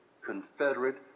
Confederate